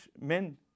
men